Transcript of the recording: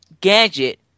Gadget